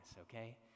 okay